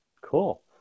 Cool